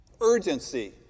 urgency